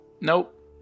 Nope